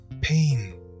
pain